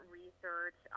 research